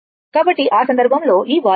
కాబట్టి ఆ సందర్భంలో ఈ వాలు 5 ఉంటుంది